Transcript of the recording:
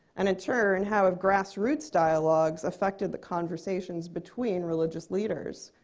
and in turn, how have grassroots dialogues affected the conversations between religious leaders?